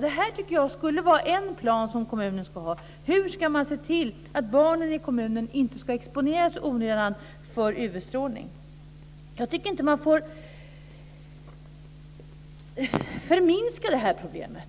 Det här tycker jag skulle vara en plan som kommunerna skulle ha - hur ska man se till att barnen i kommunen inte exponeras i onödan för UV-strålning? Jag tycker inte att man får förminska det här problemet.